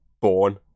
Born